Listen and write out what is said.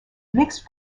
mixed